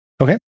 Okay